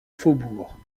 faubourgs